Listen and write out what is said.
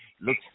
look